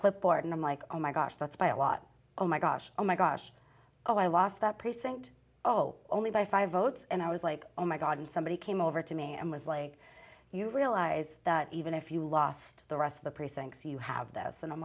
clipboard and i'm like oh my gosh that's by a lot oh my gosh oh my gosh oh i lost that precinct oh only by five votes and i was like oh my god and somebody came over to me and was like you realize that even if you lost the rest of the precincts you have the house and i'm